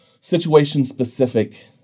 situation-specific